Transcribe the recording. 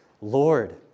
Lord